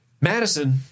Madison